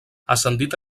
ascendit